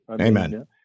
Amen